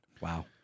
Wow